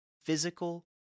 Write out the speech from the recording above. Physical